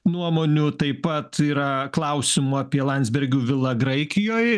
nuomonių taip pat yra klausimų apie landsbergių vilą graikijoj